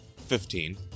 Fifteen